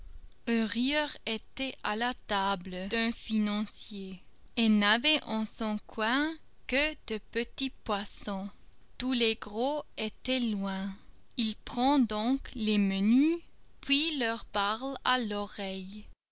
rieur était à la table d'un financier et n'avait en son coin que de petits poissons tous les gros étaient loin il prend donc les menus puis leur parle à l'oreille